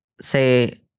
say